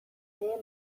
ere